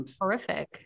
horrific